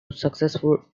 successful